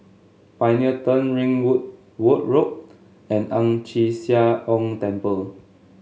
Pioneer Turn Ringwood Wood Road and Ang Chee Sia Ong Temple